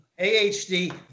AHD